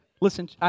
Listen